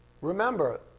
Remember